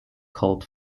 cult